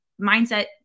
mindset